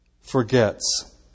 forgets